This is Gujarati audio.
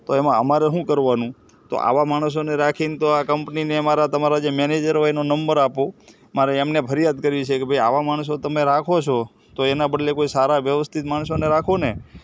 તો એમાં અમારે શું કરવાનું તો આવા માણસોને રાખીને તો આ કંપનીને અમારે તમારા જે મૅનેજર હોય એનો નમ્બર આપો મારે એમને ફરિયાદ કરવી છે કે ભઈ આવા માણસો તમે રાખો છો તો એના બદલે કોઈ સારા વ્યવસ્થિત માણસોને રાખો ને